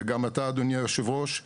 וגם אתה אדוני יושב הראש.